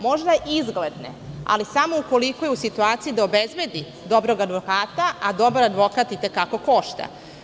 Možda izgledne, ali samo ukoliko je u situaciji da obezbedi dobrog advokata, a dobar advokat i te kako košta.